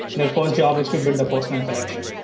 their first job is to build a postman collection.